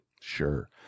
Sure